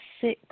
six